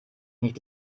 nicht